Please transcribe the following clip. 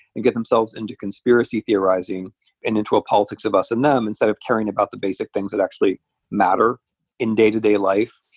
and get themselves into conspiracy theorizing and into a politics of us and them instead of caring about the basic things that actually matter in day to day life.